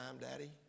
daddy